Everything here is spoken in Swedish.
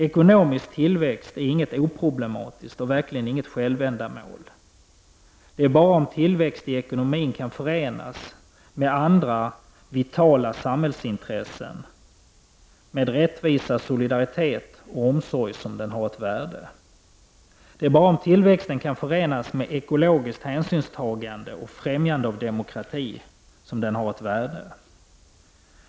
Ekonomisk tillväxt är inget oproblematiskt och verkligen inget självändamål. Det är bara om tillväxt i ekonomin kan förenas med andra vitala samhällsintressen, med rättvisa, solidaritet och omsorg, som den har ett värde. Det är bara om tillväxten kan förenas med ekologiskt hänsynstagande och främjande av demokrati som den har ett värde.